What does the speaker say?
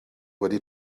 wedi